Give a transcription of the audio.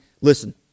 Listen